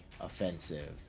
offensive